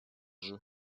jeu